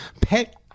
pet